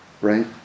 right